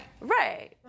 Right